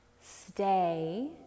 stay